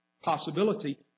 Possibility